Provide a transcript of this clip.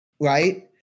right